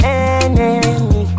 enemy